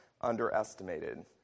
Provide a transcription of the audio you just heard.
underestimated